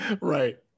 Right